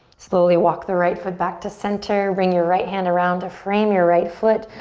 slowly walk the right foot back to center, bring your right hand around to frame your right foot,